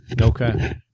Okay